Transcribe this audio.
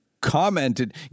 commented